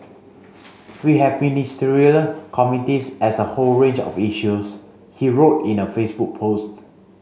we have Ministerial Committees as a whole range of issues he wrote in a Facebook post